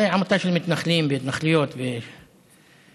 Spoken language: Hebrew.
זו עמותה של מתנחלים והתנחלויות והפקעות,